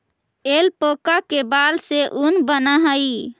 alpaca के बाल से ऊन बनऽ हई